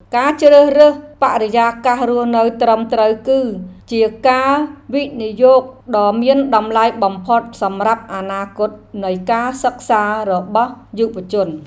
ការជ្រើសរើសបរិយាកាសរស់នៅត្រឹមត្រូវគឺជាការវិនិយោគដ៏មានតម្លៃបំផុតសម្រាប់អនាគតនៃការសិក្សារបស់យុវជន។